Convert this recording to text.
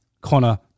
Connor